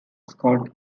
scott